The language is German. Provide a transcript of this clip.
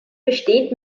besteht